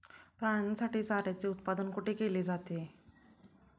प्राण्यांसाठी चाऱ्याचे उत्पादन कुठे केले जाते?